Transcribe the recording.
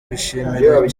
bishimira